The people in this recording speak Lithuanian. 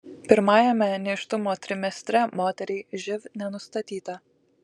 pirmajame nėštumo trimestre moteriai živ nenustatyta